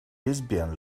lesbian